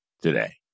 today